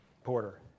Porter